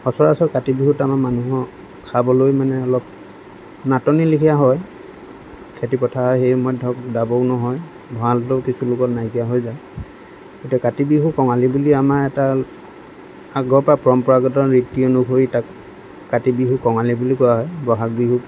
সচৰাচৰ কাতি বিহুত আমাৰ মানুহৰ খাবলৈ মানে অলপ নাটনি লিখিয়া হয় খেতি পথাৰ সেই সময়ত ধৰক দাবও নহয় ভঁৰালতো কিছু লোকৰ নাইকীয়া হৈ যায় এতিয়া কাতি বিহু কঙালী বুলি আমাৰ এটা আগৰপৰা পৰম্পৰাগত ৰীতি অনুসৰি তাক কাতি বিহু কঙালী বুলি কোৱা হয় বহাগ বিহুক